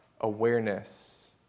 awareness